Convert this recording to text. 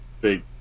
big